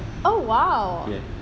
oh !wow!